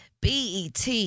BET